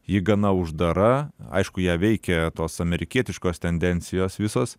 ji gana uždara aišku ją veikia tos amerikietiškos tendencijos visos